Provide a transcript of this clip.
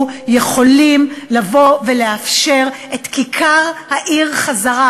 יכולים לבוא ולאפשר את כיכר העיר חזרה,